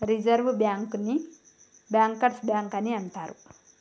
reserve బ్యాంకుని bankers bank అని అంటరు